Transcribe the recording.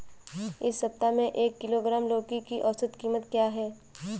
इस सप्ताह में एक किलोग्राम लौकी की औसत कीमत क्या है?